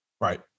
Right